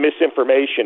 misinformation